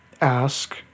ask